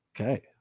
Okay